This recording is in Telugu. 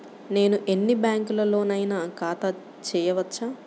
నేను ఎన్ని బ్యాంకులలోనైనా ఖాతా చేయవచ్చా?